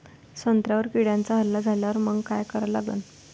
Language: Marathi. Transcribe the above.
संत्र्यावर किड्यांचा हल्ला झाल्यावर मंग काय करा लागन?